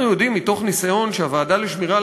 אנחנו יודעים מתוך ניסיון שהוועדה לשמירה